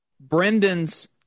Brendan's